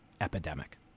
epidemic